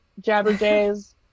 Jabberjays